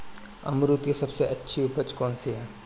अमरूद की सबसे अच्छी उपज कौन सी है?